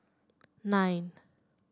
nine